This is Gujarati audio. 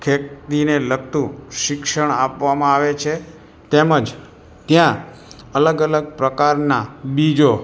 ખેતીને લગતું શિક્ષણ આપવામાં આવે છે તેમજ ત્યાં અલગ અલગ પ્રકારનાં બીજો